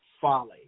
folly